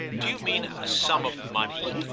do you mean a sum of money?